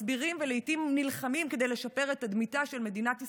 מסבירים ולעיתים נלחמים כדי לשפר את תדמיתה של מדינת ישראל,